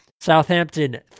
Southampton